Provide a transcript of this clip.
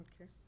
Okay